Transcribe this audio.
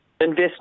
invest